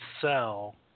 sell